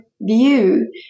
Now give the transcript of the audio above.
view